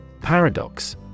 Paradox